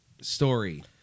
story